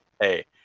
Hey